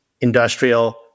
industrial